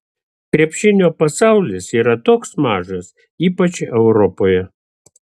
krepšinio pasaulis yra toks mažas ypač europoje